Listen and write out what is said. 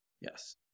Yes